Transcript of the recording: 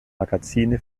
magazine